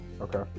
Okay